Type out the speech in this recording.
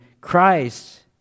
Christ